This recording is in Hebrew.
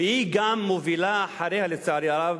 והיא גם מובילה אחריה, לצערי הרב,